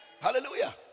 Hallelujah